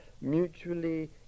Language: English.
mutually